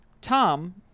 Tom